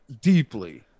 Deeply